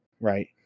right